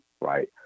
right